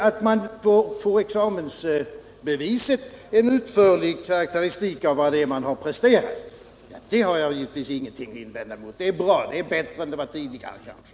Att man i examensbeviset får en utförlig karakteristik av vad man presterat har jag givetvis ingenting att invända mot. Det är bra och blir kanske i framtiden ännu bättre än det varit tidigare.